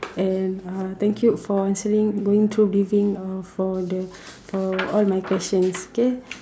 and (uh)thank you for answering going through giving for the for all my questions okay